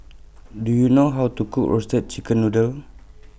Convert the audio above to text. Do YOU know How to Cook Roasted Chicken Noodle